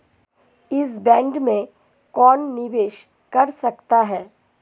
इस बॉन्ड में कौन निवेश कर सकता है?